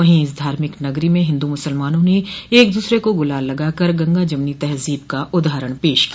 वहीं इस धार्मिक नगरी में हिन्दू मुसलमानों ने एक दूसरे को गुलाल लगाकर गंगा जमुनी तहजोब का उदाहरण पेश किया